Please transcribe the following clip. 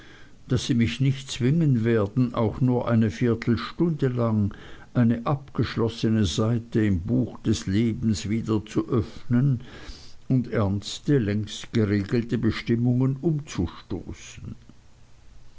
daß sie mich nicht zwingen werden auch nur eine viertelstunde lang eine abgeschlossne seite im buche des lebens wieder zu öffnen und ernste längst geregelte bestimmungen umzustoßen